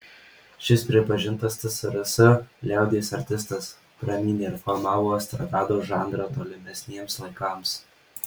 šis pripažintas tsrs liaudies artistas pramynė ir formavo estrados žanrą tolimesniems laikams